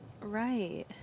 Right